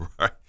right